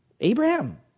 Abraham